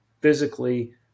physically